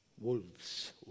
wolves